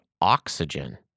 oxygen